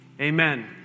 Amen